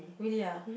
really ah